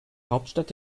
hauptstadt